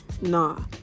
Nah